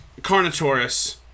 carnotaurus